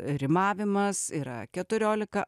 rimavimas yra keturiolika